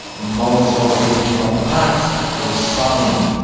the molotov-ribbentrop pact was signed.